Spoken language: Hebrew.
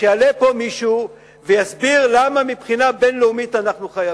שיעלה פה מישהו ויסביר למה מבחינה בין-לאומית אנחנו חייבים.